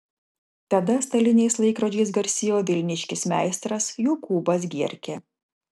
tada staliniais laikrodžiais garsėjo vilniškis meistras jokūbas gierkė